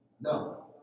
No